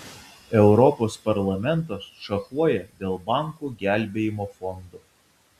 europos parlamentas šachuoja dėl bankų gelbėjimo fondo